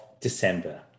December